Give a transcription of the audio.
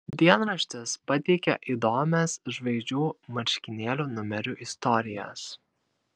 dienraštis pateikia įdomias žvaigždžių marškinėlių numerių istorijas